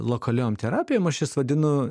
lokaliom terapijom aš jas vadinu